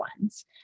ones